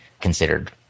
considered